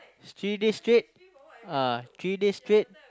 three days straight uh three days straight